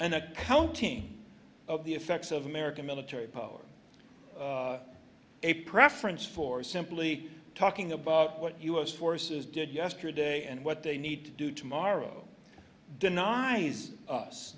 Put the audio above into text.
an accounting of the effects of american military power a preference for simply talking about what us forces did yesterday and what they need to do tomorrow denies us